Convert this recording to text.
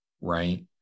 right